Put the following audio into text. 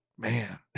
Man